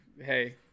hey